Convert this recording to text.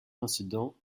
incident